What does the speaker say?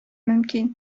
мөмкин